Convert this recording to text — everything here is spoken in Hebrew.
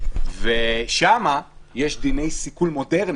ושם יש דיני סיכול מודרניים,